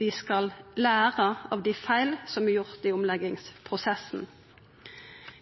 vi skal læra av dei feila som er gjorde i omleggingsprosessen.